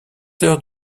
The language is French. heures